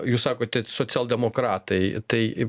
jūs sakote socialdemokratai tai